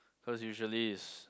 cause usually is